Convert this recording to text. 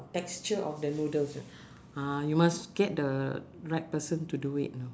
texture of the noodles ah you must get the right person to do it you know